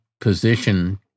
position